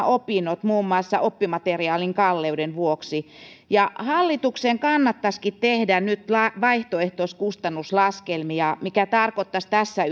opinnot muun muassa oppimateriaalin kalleuden vuoksi hallituksen kannattaisikin tehdä nyt vaihtoehtoisia kustannuslaskelmia mikä tarkoittaisi tässä